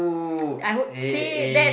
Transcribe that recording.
I would say that